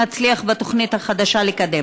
נצליח בתוכנית החדשה לקדם.